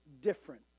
different